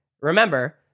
remember